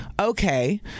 Okay